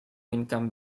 income